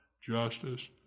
justice